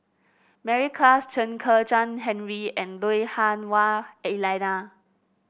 Mary Klass Chen Kezhan Henri and Lui Hah Wah Elena